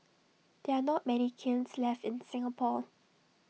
there are not many kilns left in Singapore